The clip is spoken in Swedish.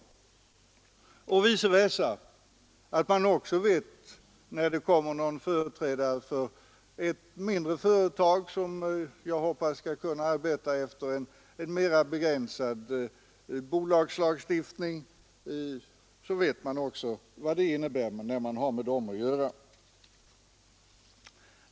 Å andra sidan är det också bra att de, när det kommer någon företrädare för ett mindre företag — som jag hoppas skall kunna arbeta efter en mer begränsad bolagslagstiftning — vet vad det innebär när man har med denna typ av företag att göra.